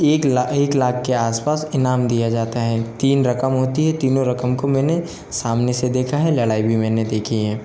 एक एक लाख के आसपास इनाम दिया जाता है तीन रकम होती है तीनों रकम को मैंने सामने से देखा है लड़ाई भी मैंने देखी हैं